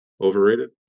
overrated